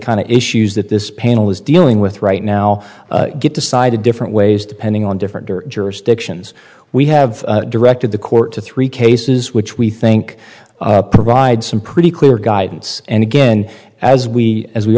kind of issues that this panel is dealing with right now get decided different ways depending on different jurisdictions we have directed the court to three cases which we think provide some pretty clear guidance and again as we as we